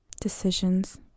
decisions